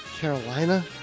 Carolina